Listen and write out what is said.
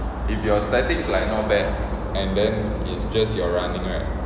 if your statistics like not bad and then it's just your running right